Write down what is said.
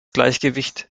gleichgewicht